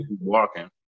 Walking